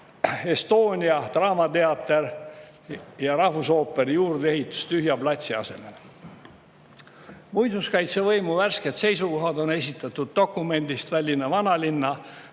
Estonia, draamateater ja rahvusooperi juurdeehitus tühja platsi asemele? Muinsuskaitsevõimu värsked seisukohad on esitatud dokumendis "Tallinna vanalinna